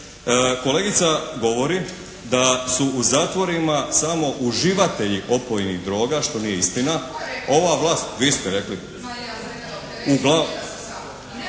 Kolegica govori da su u zatvorima samo uživatelji opojnih droga što nije istina. …/Upadica sa strane,